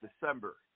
December